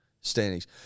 Standings